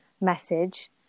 message